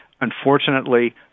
Unfortunately